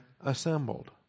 assembled